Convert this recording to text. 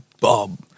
Bob